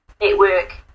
network